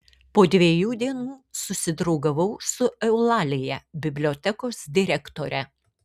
po dviejų dienų susidraugavau su eulalija bibliotekos direktore